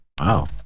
Wow